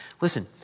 Listen